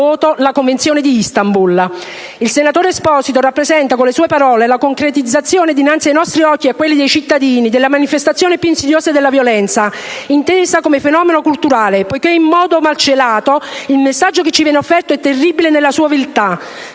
sosteneva con il proprio voto la Convenzione di Istanbul. Il senatore Esposito rappresenta, con le sue parole, la concretizzazione dinanzi ai nostri occhi e a quelli dei cittadini della manifestazione più insidiosa della violenza, intesa come fenomeno culturale, poiché in modo malcelato il messaggio che ci viene offerto è terribile nella sua viltà.